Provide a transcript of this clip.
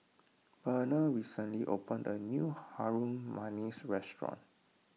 Benard recently opened a new Harum Manis restaurant